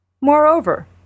Moreover